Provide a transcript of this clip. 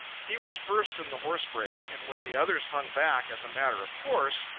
he was first in the horse-breaking and when the others hung back, as a matter of course,